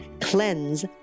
CLEANSE